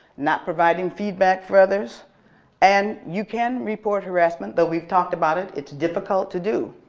not providing feedback for others and you can report harassment though we've talked about it, it's difficult to do.